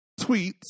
tweets